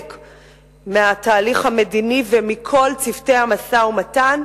מהתהליך המדיני ומכל צוותי המשא-ומתן,